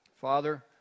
Father